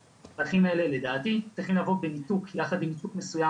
שהמהלכים האלה לדעתי צריכים לבוא יחד עם ניתוק מסויים